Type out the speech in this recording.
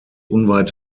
unweit